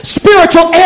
spiritual